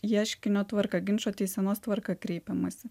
ieškinio tvarka ginčo teisenos tvarka kreipiamasi